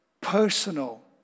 personal